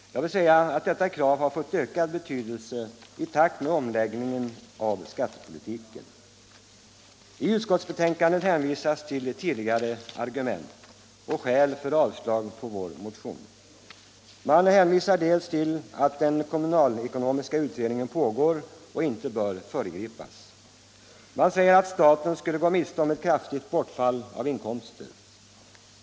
Jag vill säga att detta krav har fått ökad betydelse i takt med omläggningen av skattepolitiken. I utskottsbetänkandet hänvisas till tidigare argument och skäl för avslag på vår motion. Man hänvisar till att den kommunalekonomiska utredningen pågår och inte bör föregripas. Man säger att staten skulle få ett kraftigt bortfall av inkomster.